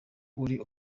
uri